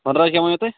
وَنراج کیاہ ؤنو تۄہہِ